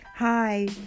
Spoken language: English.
Hi